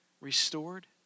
restored